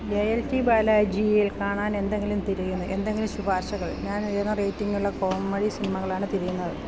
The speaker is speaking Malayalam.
എ എൽ ടി ബാലാജിയെ കാണാനെന്തങ്കിലും തിരയുന്നു എന്തെങ്കിലും ശുപാർശകൾ ഞാനുയർന്ന റേറ്റിംഗുള്ള കോമഡി സിനിമകളാണ് തിരയുന്നത്